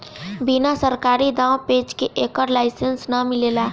बिना सरकारी दाँव पेंच के एकर लाइसेंस ना मिलेला